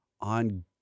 on